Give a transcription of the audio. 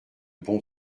bon